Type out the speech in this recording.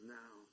now